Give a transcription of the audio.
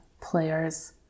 players